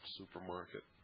supermarket